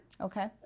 Okay